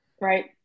Right